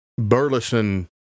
Burleson